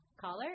Caller